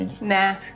Nah